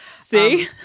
See